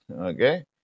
okay